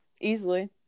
Easily